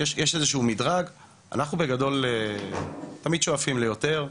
הוא אומר לי השוכר גידל שם בדירה.